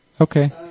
Okay